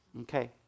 okay